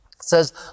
says